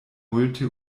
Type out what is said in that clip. multe